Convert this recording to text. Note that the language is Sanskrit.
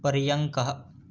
पर्यङ्कः